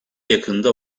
yakında